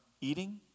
eating